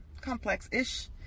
complex-ish